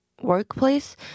workplace